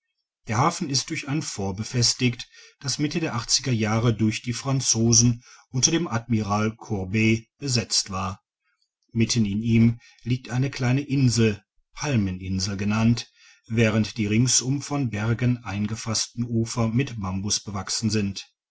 der hafen ist durch ein fort befestigt das mitte der achtziger jahre durch die franzosen unter dem admiral courbet besetzt war mitten in ihm liegt eine kleine insel palmeninsel genannt während die ringsum von bergen eingefassten ufer mit bambus bewachsen sind